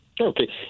Okay